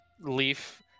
Leaf